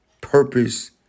purpose